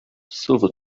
silver